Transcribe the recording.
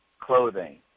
clothing